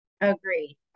Agreed